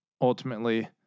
ultimately